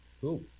Cool